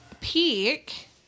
peak